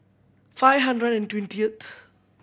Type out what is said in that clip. five hundred and twentieth